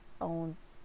owns